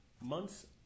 months